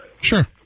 Sure